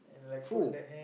who